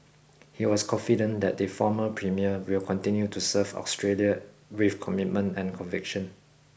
he was confident that the former premier will continue to serve Australia with commitment and conviction